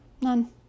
None